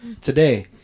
today